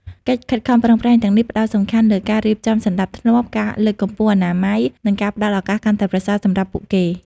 កិច្ចខិតខំប្រឹងប្រែងទាំងនេះផ្តោតសំខាន់លើការរៀបចំសណ្តាប់ធ្នាប់ ការលើកកម្ពស់អនាម័យ និងការផ្តល់ឱកាសកាន់តែប្រសើរសម្រាប់ពួកគេ ។